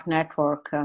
Network